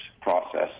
process